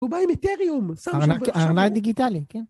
הוא בא עם את'ריום. ארנק, ארנק דיגיטלי, כן.